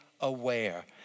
aware